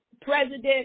president